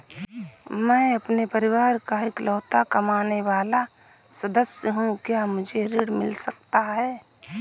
मैं अपने परिवार का इकलौता कमाने वाला सदस्य हूँ क्या मुझे ऋण मिल सकता है?